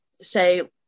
say